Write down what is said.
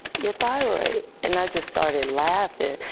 your thyroid. and i just started laughing.